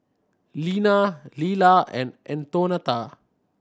Lina Lela and Antonetta